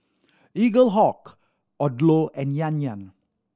Eaglehawk Odlo and Yan Yan